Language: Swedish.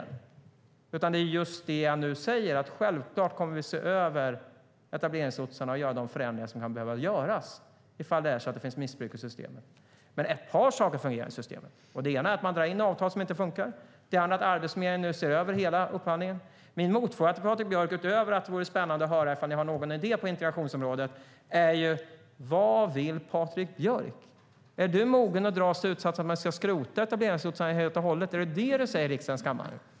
I stället säger jag nu att vi självklart kommer att se över etableringslotsarna och göra de förändringar som kan behövas om det finns missbruk av systemet. Men ett par saker fungerar i systemet. Det ena är att man drar in avtal som inte funkar. Det andra är att Arbetsförmedlingen nu ser över hela upphandlingen. Min motfråga till Patrik Björck, utöver att det vore spännande att höra om ni har någon idé på integrationsområdet, är: Vad vill Patrik Björck? Är du mogen att dra slutsatsen att man ska skrota etableringslotsarna helt och hållet? Är det detta du säger i riksdagens kammare?